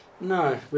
No